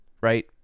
Right